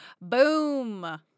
boom